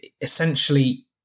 essentially